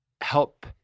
help